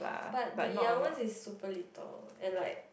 but the young one is super little and like